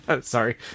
Sorry